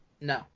No